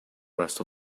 rest